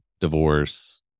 divorce